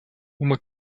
uma